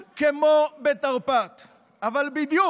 ובכן,